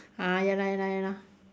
ah ya lah ya lah ya lah